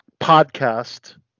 podcast